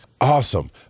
Awesome